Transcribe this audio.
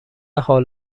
حال